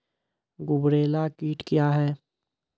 गुबरैला कीट क्या हैं?